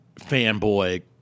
fanboy